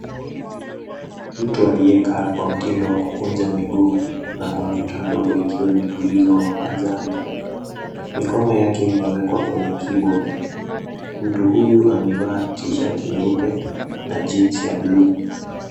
Mtu aliyekaa kwa mtindo wa kukunja miguu na kompyuta ndogo ikiwa imetulizwa mapajani. Mikono yake imewekwa kwenye keyboard . Mtu huyu amevaa t-shirt nyeupe na jeans ya bluu.